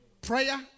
prayer